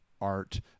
art